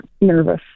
nervous